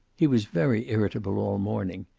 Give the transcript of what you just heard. he was very irritable all morning.